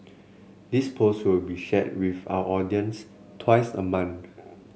this post will be shared with our audience twice a month